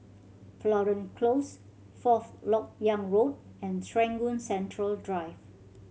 Florence Close Fourth Lok Yang Road and Serangoon Central Drive